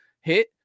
hit